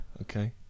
Okay